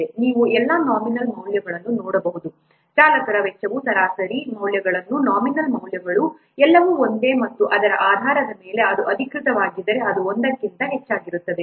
ನೀವು ಎಲ್ಲಾ ನಾಮಿನಲ್ ಮೌಲ್ಯಗಳನ್ನು ನೋಡಬಹುದು ಚಾಲಕರ ವೆಚ್ಚವು ಸರಾಸರಿ ಮೌಲ್ಯಗಳು ನಾಮಿನಲ್ ಮೌಲ್ಯಗಳು ಎಲ್ಲವೂ ಒಂದೇ ಮತ್ತು ಅದರ ಆಧಾರದ ಮೇಲೆ ಅದು ಅಧಿಕವಾಗಿದ್ದರೆ ಅದು 1 ಕ್ಕಿಂತ ಹೆಚ್ಚಾಗಿರುತ್ತದೆ